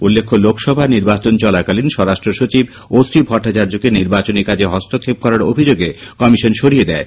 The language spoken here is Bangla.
উল্লেখ্যে লোকসভা নির্বাচন চলাকালীন স্বরাষ্ট্র সচিব অত্রি ভট্টাচার্যকে নির্বাচনী কাজে হস্তক্ষেপ করার অভিযোগে কমিশন সরিয়ে দেয়